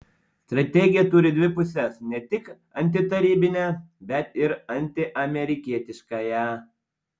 strategija turi dvi puses ne tiktai antitarybinę bet ir antiamerikietiškąją